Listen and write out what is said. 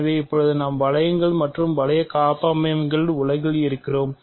எனவே இப்போது நாம் வளையங்கள் மற்றும் வளைய காப்பமைவியங்களின் உலகில் இருக்கிறோம்